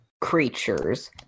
creatures